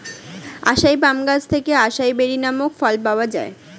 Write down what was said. আসাই palm গাছ থেকে acai berry নামক ফল পাওয়া যায়